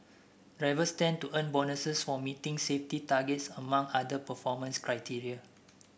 drivers stand to earn bonuses for meeting safety targets among other performance criteria